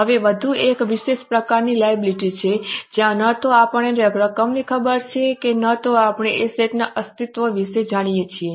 હવે વધુ એક વિશેષ પ્રકારની લાયબિલિટી છે જ્યાં ન તો આપણને રકમની ખબર છે કે ન તો આપણે એસેટ ના અસ્તિત્વ વિશે જાણીએ છીએ